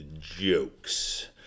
jokes